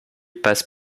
passe